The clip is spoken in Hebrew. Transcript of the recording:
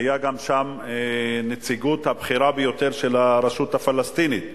היה גם שם נציגות בכירה ביותר של הרשות הפלסטינית,